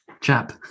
chap